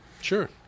Sure